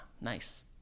nice